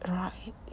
right